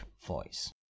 voice